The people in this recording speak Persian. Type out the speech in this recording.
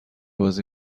بازی